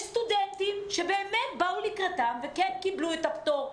יש סטודנטים שבאמת באו לקראתם וקיבלו את הפטור,